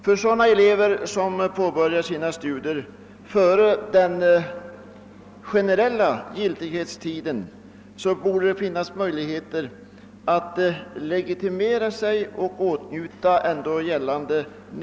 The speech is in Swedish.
För sådana elever borde det finnas möjligheter att efter legitimation åtnjuta rabatt.